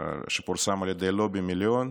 שפורסם על ידי לובי מיליון,